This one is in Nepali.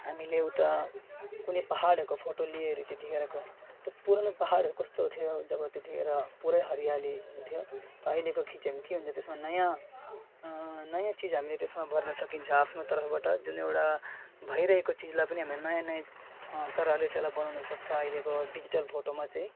हामीले उता कुनै पहाडहरूको फोटोहरू लियो अरे त्यत्तिखेरको त्यो पुरानो पहाडहरू कस्तो थियो जब त्यत्तिखेर पुरै हरियाली हुन्थ्यो त अहिलेको खिच्यो भने के हुन्छ त्यसमा नयाँ नयाँ चिज हामीले त्यसमा भर्न सकिन्छ आफ्नो तर्फबाट जुन एउटा भइरहेको चिजलाई पनि हामीले नयाँ नयाँ तर अहिले त्यसलाई बनाउनु सक्छ अहिलेको डिजिटल फोटोमा चाहिँ